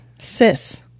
Sis